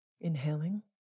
Inhaling